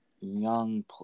young –